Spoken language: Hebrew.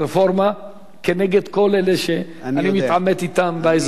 כנגד כל אלה שאני מתעמת אתם באזור שלי.